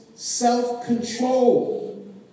Self-control